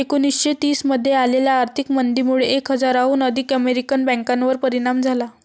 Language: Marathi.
एकोणीसशे तीस मध्ये आलेल्या आर्थिक मंदीमुळे एक हजाराहून अधिक अमेरिकन बँकांवर परिणाम झाला